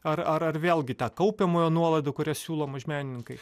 ar ar vėlgi tą kaupiamojo nuolaidą kurią siūlo mažmenininkai